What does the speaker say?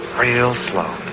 real slow,